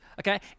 Okay